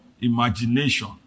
imagination